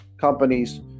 companies